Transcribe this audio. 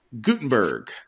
Gutenberg